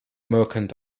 merchant